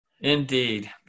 Indeed